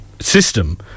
system